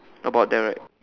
about the